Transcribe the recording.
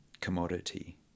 commodity